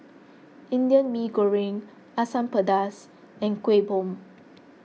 Indian Mee Goreng Asam Pedas and Kueh Bom